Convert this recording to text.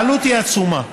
והעלות היא עצומה.